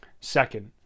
Second